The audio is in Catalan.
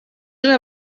una